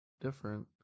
different